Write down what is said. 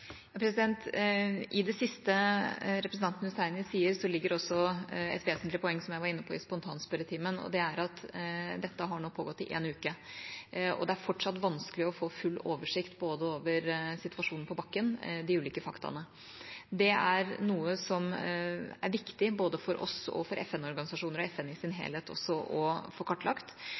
I det siste representanten Hussaini sier, ligger det også et vesentlig poeng som jeg var inne på i spontanspørretimen, og det er at dette nå har pågått i en uke. Det er fortsatt vanskelig å få full oversikt både over situasjonen på bakken og de ulike faktaene. Det er noe som er viktig både for oss og for FN-organisasjoner og FN i sin helhet å få kartlagt.